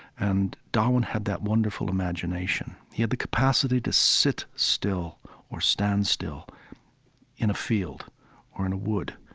and darwin had that wonderful imagination. he had the capacity to sit still or stand still in a field or in a wood,